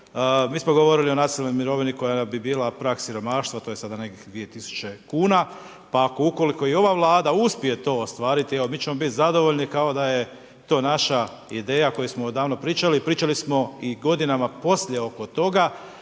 Mi smo govorili o nacionalnoj mirovini koja bi bila prag siromaštva, to je sad nekih 2000 kuna pa ukoliko i ova Vlada uspije to ostvariti mi ćemo biti zadovoljni kao da je to naša ideja koju smo odavno pričali. Pričali smo i godinama poslije oko toga